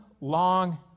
long